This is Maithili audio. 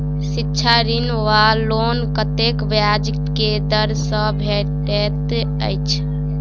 शिक्षा ऋण वा लोन कतेक ब्याज केँ दर सँ भेटैत अछि?